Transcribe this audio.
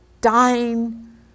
dying